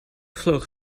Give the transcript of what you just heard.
vloog